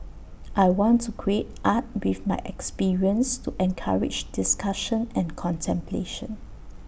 I want to create art with my experience to encourage discussion and contemplation